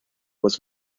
was